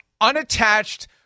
unattached